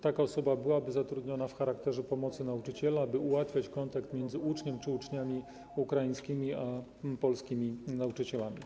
Taka osoba byłaby zatrudniona w charakterze pomocy nauczyciela, by ułatwiać kontakt między uczniem czy uczniami ukraińskimi a polskimi nauczycielami.